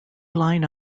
line